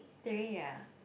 three ya